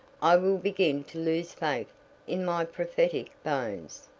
i will begin to lose faith in my prophetic bones.